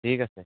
ঠিক আছে